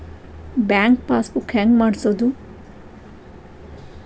Bank passbook ಹೆಂಗ್ ಮಾಡ್ಸೋದು?